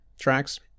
tracks